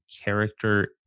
character